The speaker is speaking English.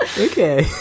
okay